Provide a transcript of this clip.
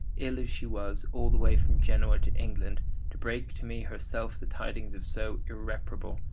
ill as she was, all the way from genoa to england to break to me herself the tidings of so irreparable,